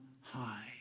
high